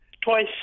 Twice